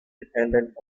dependent